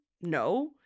No